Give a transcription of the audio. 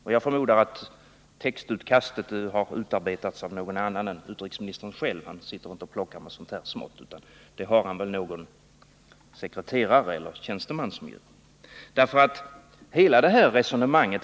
Jag förmodar att textutkastet har utarbetats av någon annan än utrikesministern —han sitter inte och plockar med sådant här smått, utan det har han väl någon tjänsteman som gör.